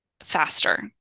faster